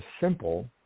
simple